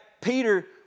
Peter